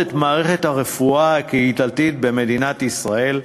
את מערכת הרפואה הקהילתית במדינת ישראל.